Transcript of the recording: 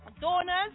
donors